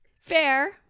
Fair